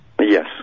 Yes